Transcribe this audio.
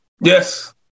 Yes